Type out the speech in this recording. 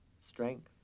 strength